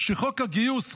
שחוק הגיוס,